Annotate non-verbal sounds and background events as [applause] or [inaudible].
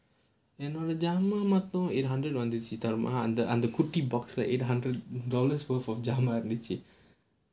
என்னோடது அவளோலாம்:ennodathu avalolaam [laughs] eight hundred வந்துச்சு அந்த குட்டி:vanthuchchu antha kutty box like eight hundred dollars worth of ஜாமான் இருந்துச்சு:jaamaan irunthuchchu